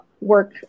work